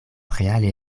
reale